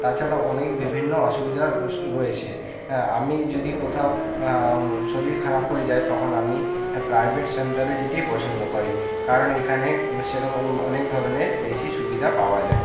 তাছাড়াও অনেক বিভিন্ন অসুবিধা রয়েছে হ্যাঁ আমি যদি কোথাও শরীর খারাপ হয়ে যায় তখন আমি প্রাইভেট সেন্টারে যেতেই পছন্দ করি কারণ এইখানে সেরকম অনেক ধরনের বেশি সুবিধা পাওয়া যায়